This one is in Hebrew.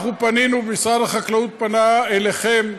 אנחנו פנינו משרד החקלאות פנה אליכם,